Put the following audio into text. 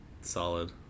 Solid